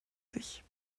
sich